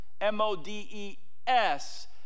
M-O-D-E-S